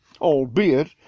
albeit